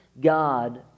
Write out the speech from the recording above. God